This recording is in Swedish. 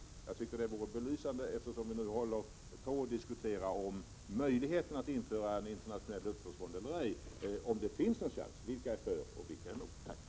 Jag tycker att det vore belysande, eftersom vi håller på att diskutera möjligheterna att införa en internationell luftvårdsfond, att få höra om det finns någon chans. Vilka är för och vilka är emot?